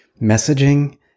messaging